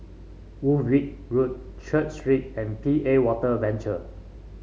Woolwich Road Church Street and P A Water Venture